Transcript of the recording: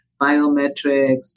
biometrics